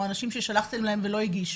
או אנשים ששלחתם להם ולא הגישו.